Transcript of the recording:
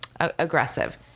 aggressive